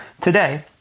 today